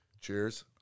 Cheers